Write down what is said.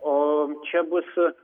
o čia bus